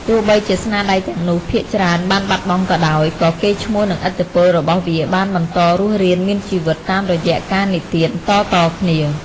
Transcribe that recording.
ទោះបីជាស្នាដៃទាំងនោះភាគច្រើនបានបាត់បង់ក៏ដោយ ក៏កេរ្តិ៍ឈ្មោះ និងឥទ្ធិពលរបស់វាបានបន្តរស់រានមានជីវិតតាមរយៈការនិទានតៗគ្នា។